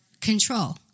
control